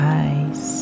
eyes